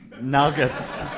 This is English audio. nuggets